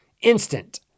instant